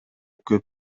көп